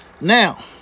Now